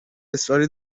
اصراری